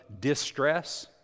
distress